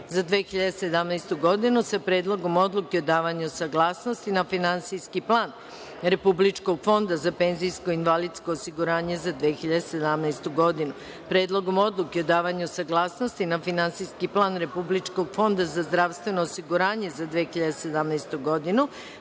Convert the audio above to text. za 2017. godinu, sa Predlogom odluke o davanju saglasnosti na Finansijski plan Republičkog fonda za penzijsko i invalidsko osiguranje za 2017. godinu,